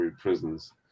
prisons